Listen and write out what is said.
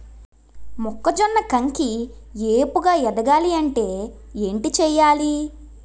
మొక్కజొన్న కంకి ఏపుగ ఎదగాలి అంటే ఏంటి చేయాలి?